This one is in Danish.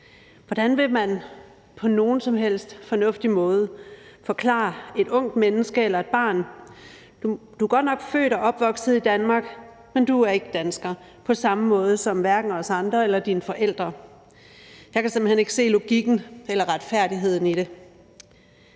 Hvordan vil man på nogen som helst fornuftig måde forklare et ungt menneske eller et barn dette: Du er godt nok født og opvokset i Danmark, men du er ikke dansker, hverken på samme måde som os andre eller dine forældre? Jeg kan simpelt hen ikke se logikken eller retfærdigheden i det.